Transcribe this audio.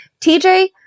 TJ